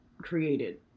created